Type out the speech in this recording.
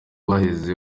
baheze